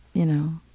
you know,